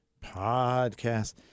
Podcast